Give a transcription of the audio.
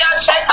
check